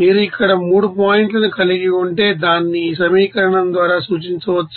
మీరు ఇక్కడ 3 పాయింట్లను కలిగి ఉంటే దానిని ఈ సమీకరణం ద్వారా సూచించవచ్చు